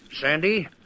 Sandy